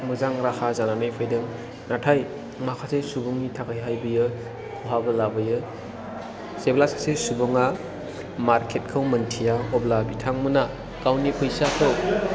मोजां राहा जानानै फैदों नाथाय माखासे सुबुंनि थाखाय बेयो भागो लाबोयो जेब्ला सासे सुबुङा मार्केट खौ मिथिया अब्ला बिथांमोना गावनि फैसाखौ